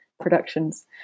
productions